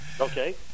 Okay